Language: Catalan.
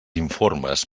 informes